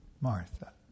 Martha